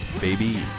baby